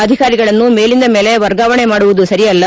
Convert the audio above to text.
ಅಧಿಕಾರಿಗಳನ್ನು ಮೇಲಿಂದ ಮೇಲೆ ವರ್ಗಾವಣೆ ಮಾಡುವುದು ಸರಿಯಲ್ಲ